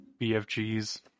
BFGs